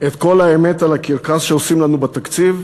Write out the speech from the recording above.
את כל האמת על הקרקס שעושים לנו בתקציב.